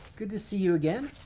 good to see you again.